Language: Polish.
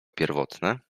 pierwotne